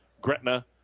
gretna